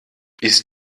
ist